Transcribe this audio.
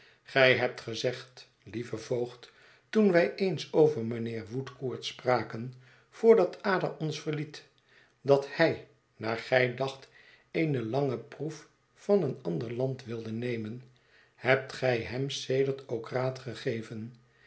gij hebt gezegd lieve voogd toen wij eens over mijnheer woodcourt spraken voordat ada ons verliet dat hij naar gij dacht eene lange proef van een ander land wilde nemen hebt gij hem sedert ook raad gegeven